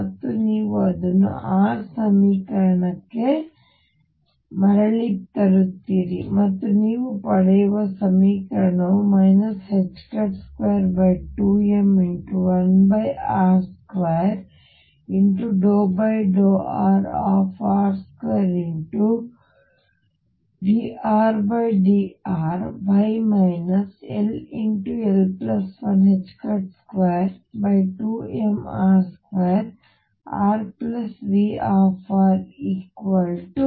ಮತ್ತು ನೀವು ಅದನ್ನು r ಸಮೀಕರಣಕ್ಕೆ ಮರಳಿ ತರುತ್ತೀರಿ ಮತ್ತು ನೀವು ಪಡೆಯುವ ಸಮೀಕರಣವು 22m1r2∂r r2dRdrY ll122mr2RVrRER